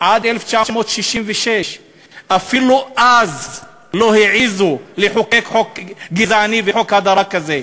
עד 1966. אפילו אז לא העזו לחוקק חוק גזעני וחוק הדרה כזה.